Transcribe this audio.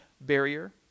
barrier